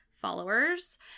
followers